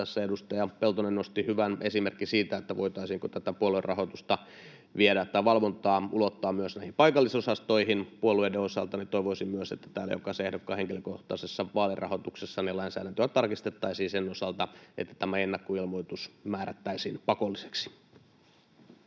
tässä edustaja Peltonen nosti hyvän esimerkin siitä, voitaisiinko tätä puoluerahoituksen valvontaa ulottaa myös näihin paikallisosastoihin puolueiden osalta, niin toivoisin myös, että täällä jokaisen ehdokkaan henkilökohtaisessa vaalirahoituksessa lainsäädäntöä tarkistettaisiin sen osalta, että tämä ennakkoilmoitus määrättäisiin pakolliseksi.